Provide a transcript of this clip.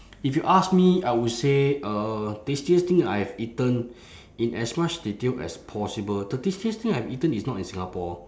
if you ask me I would say uh tastiest thing I have eaten in as much detail as possible the tastiest thing I have eaten is not in singapore